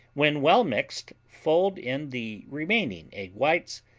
when well mixed, fold in the remaining egg whites,